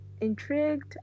intrigued